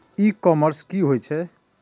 ई commerce की होए छै?